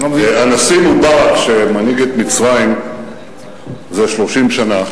הנשיא מובארק, שמנהיג את מצרים זה 30 שנה,